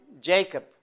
Jacob